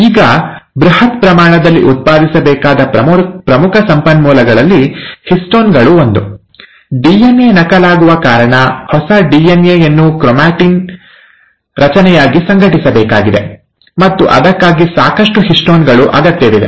ಈಗ ಬೃಹತ್ ಪ್ರಮಾಣದಲ್ಲಿ ಉತ್ಪಾದಿಸಬೇಕಾದ ಪ್ರಮುಖ ಸಂಪನ್ಮೂಲಗಳಲ್ಲಿ ಹಿಸ್ಟೋನ್ ಗಳು ಒಂದು ಡಿಎನ್ಎ ನಕಲಾಗುವ ಕಾರಣ ಹೊಸ ಡಿಎನ್ಎ ಯನ್ನು ಕ್ರೊಮಾಟಿನ್ ರಚನೆಯಾಗಿ ಸಂಘಟಿಸಬೇಕಾಗಿದೆ ಮತ್ತು ಅದಕ್ಕಾಗಿ ಸಾಕಷ್ಟು ಹಿಸ್ಟೋನ್ ಗಳು ಅಗತ್ಯವಿದೆ